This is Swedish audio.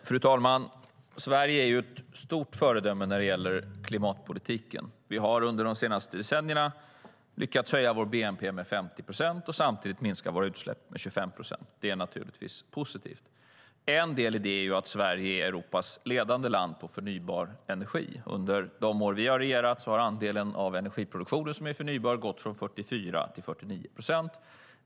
Fru talman! Sverige är ett stort föredöme när det gäller klimatpolitiken. Vi har under de senaste decennierna lyckats höja vår bnp med 50 procent och samtidigt minska våra utsläpp med 25 procent. Det är givetvis positivt. En del i det är att Sverige är Europas ledande land på förnybar energi. Under de år vi har regerat har andelen av energiproduktionen som är förnybar gått från 44 till 49 procent.